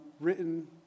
written